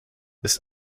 ist